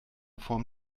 form